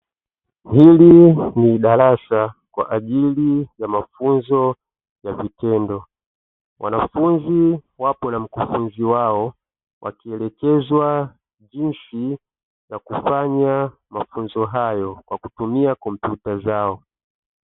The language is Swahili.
Hili ni darasa kwa ajili ya mafunzo ya vitendo wanafunzi wapo na mkufunzi wao, wakielekezwa jinsi ya kufanya mafunzo hayo kwa kutumia kompyuta zao.